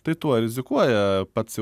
tai tuo rizikuoja pats